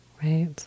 Right